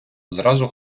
зразу